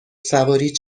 سواری